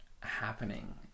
happening